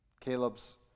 Caleb's